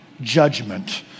judgment